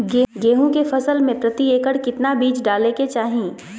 गेहूं के फसल में प्रति एकड़ कितना बीज डाले के चाहि?